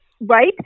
Right